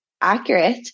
accurate